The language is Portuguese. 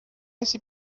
esse